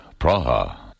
Praha